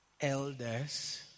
elders